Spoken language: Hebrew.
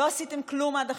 לא עשיתם כלום עד עכשיו,